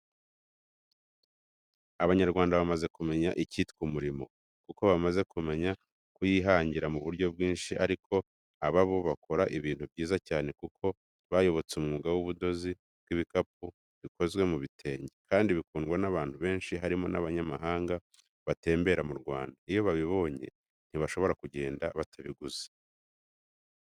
Abanyarwanda bamaze kumenya icyitwa umurimo, kuko bamaze kumenya kuyihangira mu buryo bwinshi ariko aba bo bakora ibintu byiza cyane kuko bayobotse umwuga w'ubudozi bw'ibikapu bikozwe mu bitenge. Kandi bikundwa n'abantu benshi, harimo n'abanyamahanga batembera mu Rwanda. Iyo babibonye ntibashobora kugenda batabiguze.